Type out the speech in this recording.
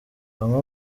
bamwe